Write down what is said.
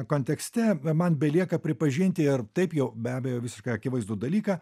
kontekste man belieka pripažinti ir taip jau be abejo visiškai akivaizdų dalyką